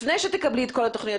לפני שתקבלי את כל התוכניות,